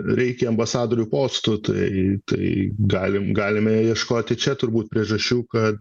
reikia ambasadorių postų tai tai galim galime ieškoti čia turbū priežasčių kad